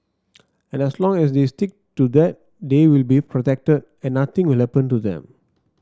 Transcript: and as long as they stick to that they will be protected and nothing will happen to them